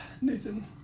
Nathan